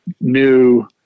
new